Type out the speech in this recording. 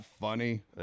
funny